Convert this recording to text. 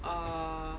er